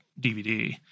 DVD